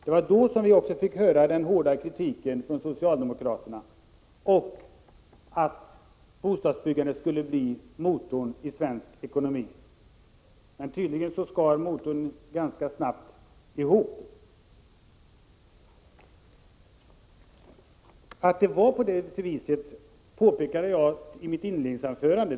Då, för fem år sedan, fick vi en hård kritik från socialdemokraterna, som påstod att bostadsbyggandet skulle bli motorn i svensk ekonomi. Tydligen skar motorn ganska snabbt. Detta påpekade jag i mitt inledningsanförande.